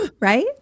right